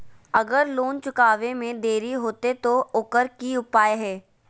अगर लोन चुकावे में देरी होते तो ओकर की उपाय है?